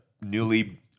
newly